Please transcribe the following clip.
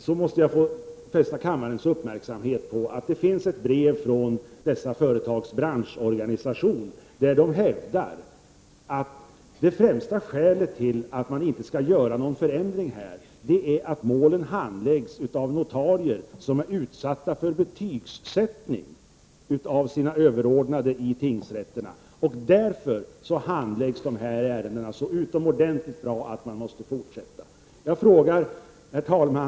Då måste jag få fästa kammarens uppmärksamhet på att det finns ett brev från dessa företags branschorganisation, i vilket man hävdar att det främsta skälet till att vi inte skall göra någon förändring är att målen handläggs av notarier som är föremål för betygssättning av sina överordnade i tingsrätterna. Därför handläggs dessa ärenden så utomordentligt väl att denna ordning skall fortsätta. Herr talman!